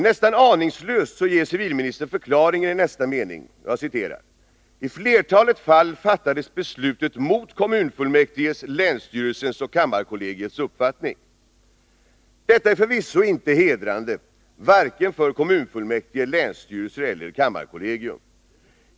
Nästan aningslöst ger civilministern förklaringen i nästa mening: ”TI flertalet fall fattades Detta är förvisso inte hedrande, varken för kommunfullmäktige, länsstyrelser eller kammarkollegium.